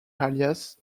alias